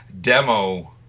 demo